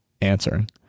answering